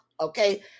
okay